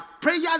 Prayer